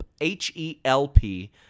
H-E-L-P